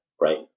Right